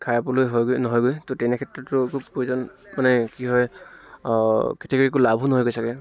খাবলৈ হয়গৈ নহয়গৈ ত' তেনেক্ষেত্ৰতো প্ৰয়োজন মানে কি হয় খেতি কৰি একো লাভো নহয়গে চাগৈ